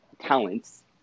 talents